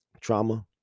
trauma